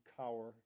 cower